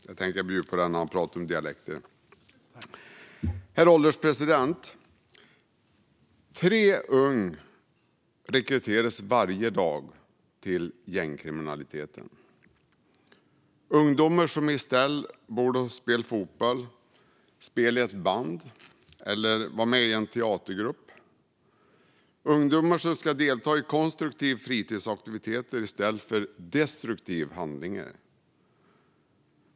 Jag tänkte att jag bjuder på den när det pratades om dialekter. Herr ålderspresident! Tre unga rekryteras varje dag till gängkriminaliteten. Det är ungdomar som i stället borde spela fotboll, spela i ett band eller vara med i en teatergrupp. Ungdomar ska delta i konstruktiva fritidsaktiviteter i stället för i destruktiva handlingar.